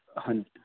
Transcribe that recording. ਹਾਂਜੀ